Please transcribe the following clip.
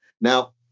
Now